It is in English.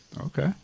Okay